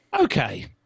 Okay